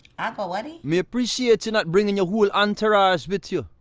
agua whatty? me appreciate you not bringing your whole entourage with you.